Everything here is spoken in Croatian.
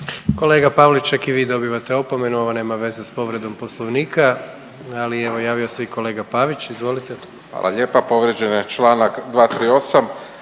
Kolega Pavliček i vi dobivate opomene ovo nema veze s povredom poslovnika, ali evo javio se i kolega Pavić. Izvolite. **Pavić, Marko